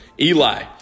Eli